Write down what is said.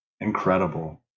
Incredible